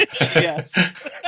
Yes